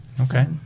okay